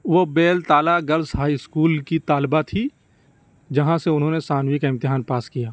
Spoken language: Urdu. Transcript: وہ بیلتالہ گرلز ہائی اسکول کی طالبہ تھی جہاں سے انہوں نے ثانوی کا امتحان پاس کیا